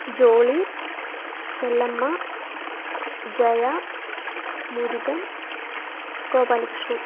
Jolly Chellamma Jaya Murugan Gopalakrishnan